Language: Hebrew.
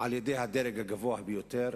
על-ידי הדרג הגבוה ביותר,